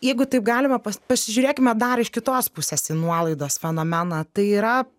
jeigu taip galime pasižiūrėkime dar iš kitos pusės į nuolaidos fenomeną tai yra